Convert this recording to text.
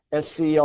SCR